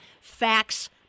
facts